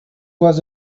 was